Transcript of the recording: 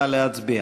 נא להצביע.